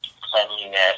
cleanliness